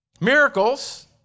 Miracles